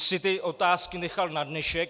Tys ty otázky nechal na dnešek.